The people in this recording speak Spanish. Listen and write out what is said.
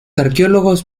arqueólogos